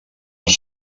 els